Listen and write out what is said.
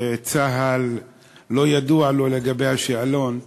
שצה"ל לא ידוע לו לגבי השאלון,